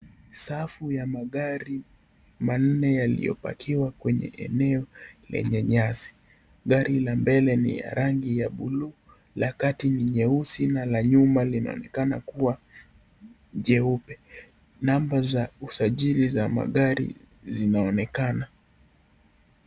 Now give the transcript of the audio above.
Safu ya magari manne yaliyopakiwa kwenye eneo lenye nyasi gari ya mbele ni ya rangi ya buluu la kati ni nyeusi na la nyuma linaonekana kuwa jeupe, namba za usajili za magari zinaonekana.